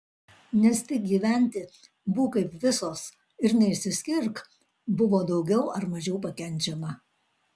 nes tik gyventi būk kaip visos ir neišsiskirk buvo daugiau ar mažiau pakenčiama